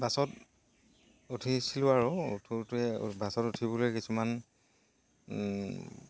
বাছত উঠিছিলোঁ আৰু উঠোতে বাছত উঠিবলৈ কিছুমান